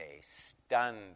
stunned